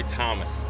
Thomas